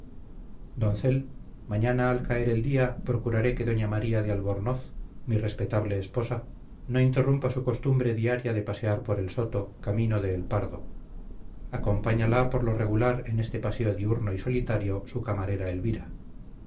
hablar doncel mañana al caer del día procuraré que doña maría de albornoz mi respetable esposa no interrumpa su costumbre diaria de pasear por el soto camino de el pardo acompáñala por lo regular en este paseo diurno y solitario su camarera elvira